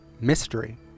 mystery